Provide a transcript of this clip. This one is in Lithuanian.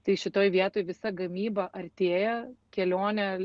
tai šitoj vietoj visa gamyba artėja kelionė